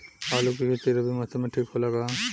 आलू के खेती रबी मौसम में ठीक होला का?